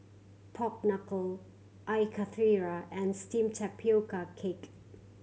pork knuckle Air Karthira and steamed tapioca cake